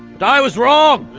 but i was wrong!